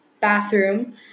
bathroom